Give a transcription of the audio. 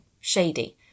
shady